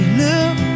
look